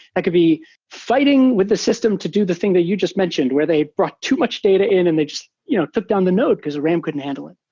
that could be fighting with the system to do the thing that you just mentioned where they brought too much data in and they just you know took down the node, because ram couldn't handle it.